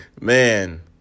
Man